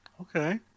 Okay